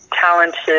talented